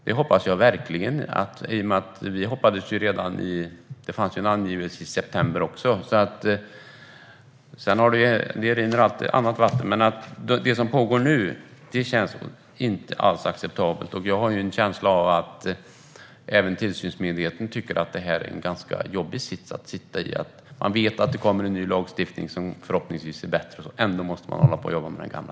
Det hoppas jag verkligen i och med att vi hade hoppats på det redan till i september, vilket det funnits en angivelse om. Det som pågår nu känns inte alls acceptabelt, och jag har en känsla av att även tillsynsmyndigheten tycker att det är en ganska jobbig sits. Man vet att det kommer en ny lagstiftning som förhoppningsvis är bättre, men ändå måste man hålla på och jobba med den gamla.